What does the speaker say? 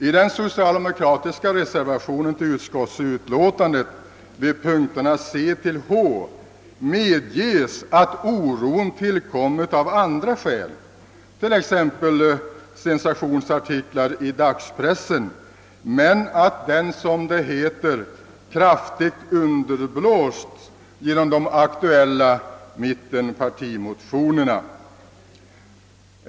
I den socialdemokratiska reservationen till utskottsutlåtandet vid punkterna C—H medges också att oron tillkommit av andra skäl, t.ex. sensationsartiklar i dagspressen, men att den, som det heter, »kraftigt underblåsts genom de aktuella mittenpartimotionerna».